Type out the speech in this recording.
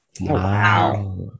wow